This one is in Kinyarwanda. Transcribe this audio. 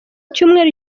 icyumweru